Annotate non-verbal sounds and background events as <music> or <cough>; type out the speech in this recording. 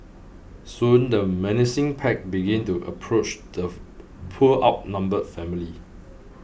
soon the menacing pack began to approach the <noise> poor outnumbered family